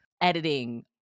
editing